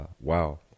wow